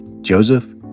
Joseph